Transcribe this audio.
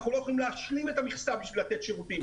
אנחנו לא יכולים להשלים את המכסה כדי לתת שירותים.